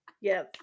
Yes